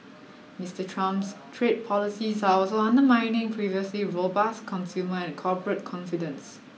Mister Trump's trade policies are also undermining previously robust consumer and corporate confidence